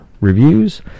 reviews